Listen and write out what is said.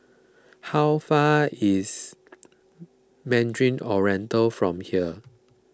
how far is Mandarin Oriental from here